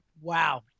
wow